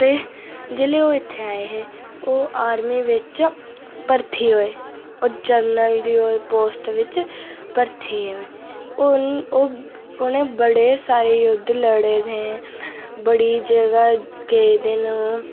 ते जेल्लै ओह् इत्थै आए हे ओह् आर्मी बिच भर्थी होए होर जनरल दी पोस्ट पर भर्थी होए होर उ'नें बड़े सारे युद्ध लड़े दे हे बड़ी जगह गेदे न ओह्